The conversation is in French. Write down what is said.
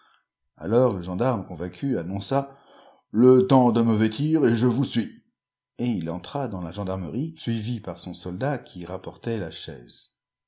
alors le gendarme convaincu annonça le temps de me vêtir et je vous suis et il entra dans la gendarmerie suivi par son soldat qui rapportait la chaise